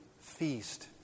feast